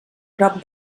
prop